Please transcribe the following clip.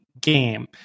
game